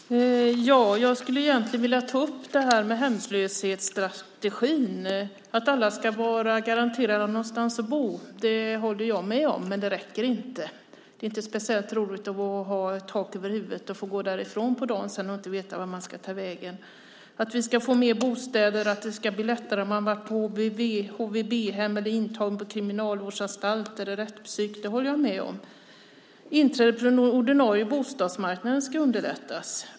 Fru talman! Jag skulle vilja ta upp det här med hemlöshetsstrategin och att alla ska vara garanterade någonstans att bo. Det håller jag med om, men det räcker inte. Det är inte speciellt roligt att ha tak över huvudet och få gå därifrån på dagen och inte veta vart man ska ta vägen. Vi ska få fler bostäder, det ska bli lättare om man har varit på HVB eller intagen på kriminalvårdsanstalt eller rättspsyk - det håller jag med om. Inträdet på den ordinarie bostadsmarknaden ska underlättas.